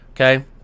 Okay